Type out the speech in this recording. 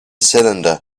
cylinder